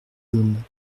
jaunes